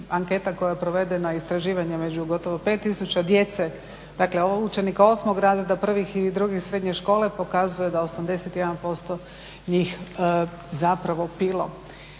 anketa koja je provedena, istraživanje među gotovo 5000 djece dakle učenika osmog razreda, prvih i drugih srednje škole pokazuje da je 81% njih zapravo pilo.